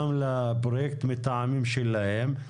גם לפרויקט מטעמים שלהם.